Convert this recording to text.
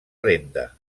renda